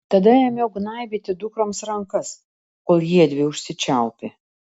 tada ėmiau gnaibyti dukroms rankas kol jiedvi užsičiaupė